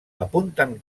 apunten